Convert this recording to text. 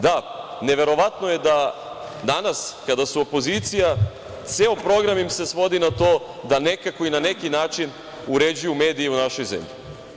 Da, neverovatno je da danas kada su opozicija ceo program im se svodi na to da nekako i na neki način uređuju medije u našoj zemlji.